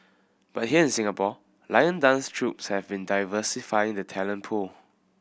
but here in Singapore lion dance troupes have been diversifying the talent pool